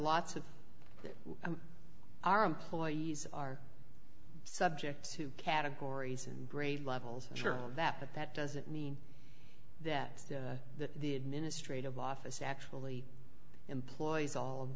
lots of our employees are subject to categories and grade levels sure that but that doesn't mean that that the administrative office actually employees all of